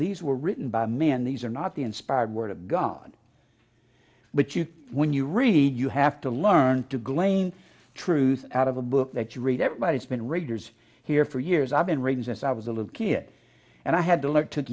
these were written by men these are not the inspired word of god but you when you read you have to learn to glean truth out of the book that you read everybody's been readers here for years i've been reading since i was a little kid and i had to look to